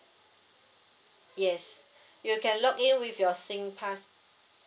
yes you can login with your sing pass